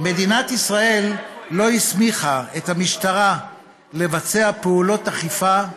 מדינת ישראל לא הסמיכה את המשטרה לבצע פעולות אכיפה,